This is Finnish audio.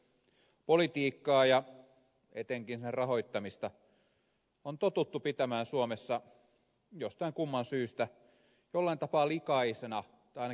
politiikkaa ja etenkin sen rahoittamista on totuttu pitämään suomessa jostain kumman syystä jollain tapaa likaisena tai ainakin vähintään niljakkaana touhuna